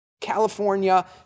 California